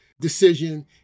decision